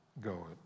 go